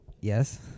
Yes